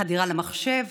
חדירה למחשב,